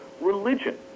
religion